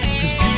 cause